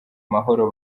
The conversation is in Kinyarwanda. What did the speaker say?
mahoro